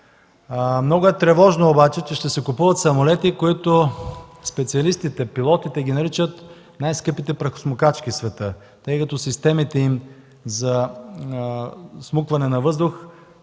Много е тревожно, че ще се купуват самолети, които специалистите и пилотите наричат „най-скъпите прахосмукачки в света”, тъй като системите за всмукване на въздух